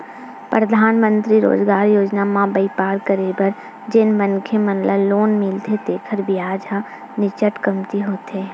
परधानमंतरी रोजगार योजना म बइपार करे बर जेन मनखे मन ल लोन मिलथे तेखर बियाज ह नीचट कमती होथे